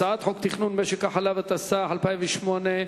הצעת חוק תכנון משק החלב, התשס"ח 2008,